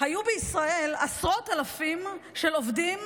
היו בישראל עשרות אלפים של עובדים